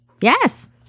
Yes